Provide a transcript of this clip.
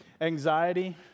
anxiety